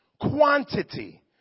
Quantity